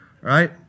Right